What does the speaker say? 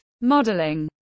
Modeling